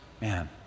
man